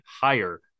higher